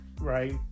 right